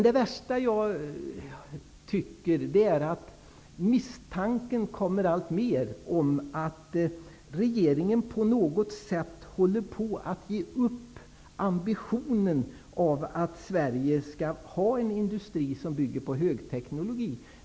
Det värsta är att misstanken alltmer uppkommer, att regeringen på något sätt håller på att ge upp ambitionen att Sverige skall ha en industri som bygger på högteknologi.